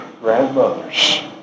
grandmothers